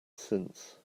since